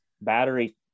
battery